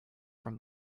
from